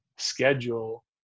Schedule